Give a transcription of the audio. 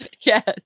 yes